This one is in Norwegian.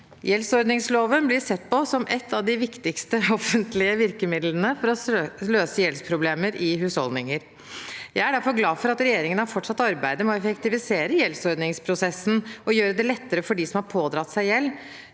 Gjeldsordningsloven blir sett på som et av de viktigste offentlige virkemidlene for å løse gjeldsproblemer i husholdninger. Jeg er derfor glad for at regjeringen har fortsatt arbeidet med å effektivisere gjeldsordningsprosessen og gjøre det lettere for dem som har pådratt seg gjeld